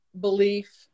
belief